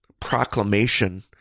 proclamation